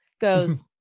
goes